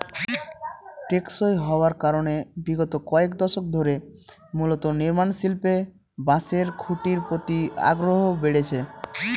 টেকসই হওয়ার কারনে বিগত কয়েক দশক ধরে মূলত নির্মাণশিল্পে বাঁশের খুঁটির প্রতি আগ্রহ বেড়েছে